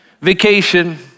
vacation